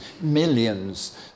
millions